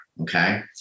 Okay